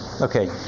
Okay